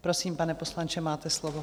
Prosím, pane poslanče, máte slovo.